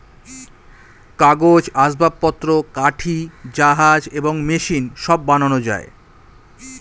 কাগজ, আসবাবপত্র, কাঠি, জাহাজ এবং মেশিন সব বানানো যায়